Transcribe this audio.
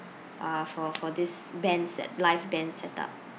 uh for for this band set live band set up